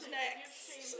next